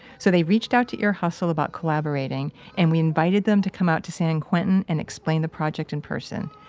so they reached out to ear hustle about collaborating, and we invited them to come out to san quentin and explain the project in person.